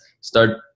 start